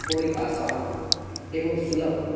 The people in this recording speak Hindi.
थोड़ी आसान एवं सुलभ